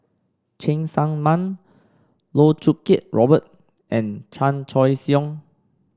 Cheng Tsang Man Loh Choo Kiat Robert and Chan Choy Siong